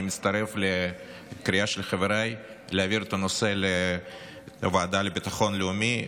אני מצטרף לקריאה של חבריי להעביר את הנושא לוועדה לביטחון לאומי,